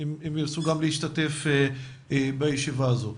אם הם ירצו להשתתף בישיבה הזאת.